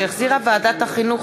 שהחזירה ועדת החינוך,